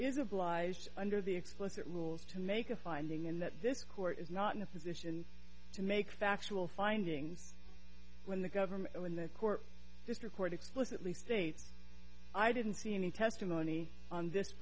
obliged under the explicit rules to make a finding and that this court is not in a position to make factual findings when the government when the court record explicitly states i didn't see any testimony on this